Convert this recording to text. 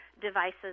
devices